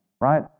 right